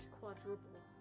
quadruple